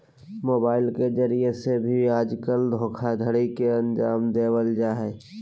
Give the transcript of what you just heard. mobile के जरिये से भी आजकल धोखाधडी के अन्जाम देवल जा हय